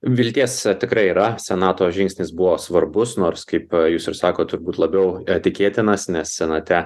vilties tikrai yra senato žingsnis buvo svarbus nors kaip jūs ir sakot turbūt labiau tikėtinas nes senate